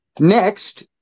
Next